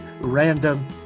Random